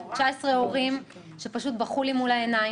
19 הורים שפשוט בכו לי מול העיניים.